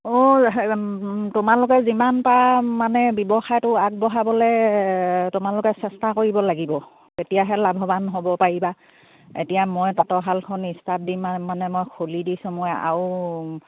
অঁ সে তোমালোকে যিমান পাৰা মানে ব্যৱসায়টো আগবঢ়াবলৈ তোমালোকে চেষ্টা কৰিব লাগিব তেতিয়াহে লাভৱান হ'ব পাৰিবা এতিয়া মই তাঁতৰ শালখন ষ্টাৰ্ট দি মানে মই খুলি দিছোঁ মই আৰু